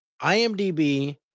IMDb